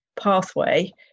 pathway